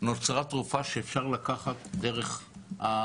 שדורשת צורך מובהק לעקוב אחרי יישום